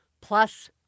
plus